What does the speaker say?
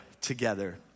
together